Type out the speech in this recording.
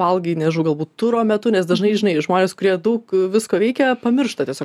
valgai nežinau galbūt turo metu nes dažnai žinai žmonės kurie daug visko veikia pamiršta tiesiog